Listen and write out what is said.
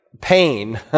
pain